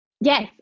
Yes